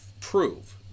prove